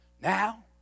Now